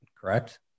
Correct